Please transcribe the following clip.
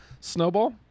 Snowball